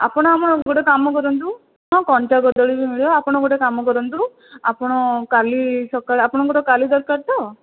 ଆପଣ ଆମର ଗୋଟେ କାମ କରନ୍ତୁ ହଁ କଞ୍ଚା କଦଳୀ ବି ମିଳିବ ଆପଣ ଗୋଟେ କାମ କରନ୍ତୁ ଆପଣ କାଲି ସକାଳେ ଆପଣଙ୍କର କାଲି ଦରକାର ତ